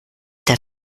der